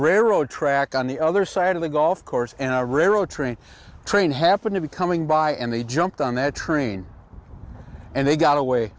old track on the other side of the golf course and a railroad train train happened to be coming by and they jumped on that train and they got away